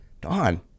Don